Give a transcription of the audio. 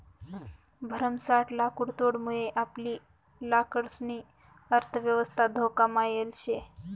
भरमसाठ लाकुडतोडमुये आपली लाकडंसनी अर्थयवस्था धोकामा येल शे